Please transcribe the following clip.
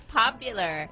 popular